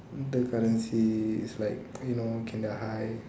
the currency is like you know can the high